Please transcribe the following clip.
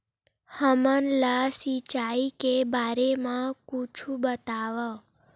हमन ला सिंचाई के बारे मा कुछु बतावव?